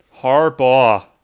Harbaugh